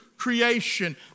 creation